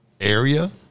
area